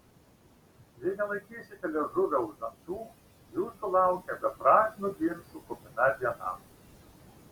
jei nelaikysite liežuvio už dantų jūsų laukia beprasmių ginčų kupina diena